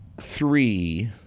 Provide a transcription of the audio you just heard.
three